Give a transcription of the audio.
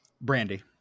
Brandy